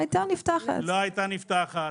לא הייתה נפתחת.